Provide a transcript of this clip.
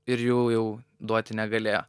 ir jų jau duoti negalėjo